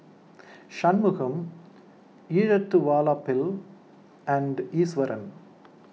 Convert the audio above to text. Shunmugam Elattuvalapil and Iswaran